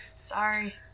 Sorry